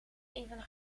even